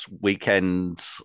weekend